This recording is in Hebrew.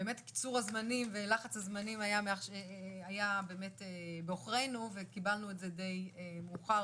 באמת קיצור הזמנים ולחץ הזמנים היה בעוכרנו וקיבלנו את זה די מאוחר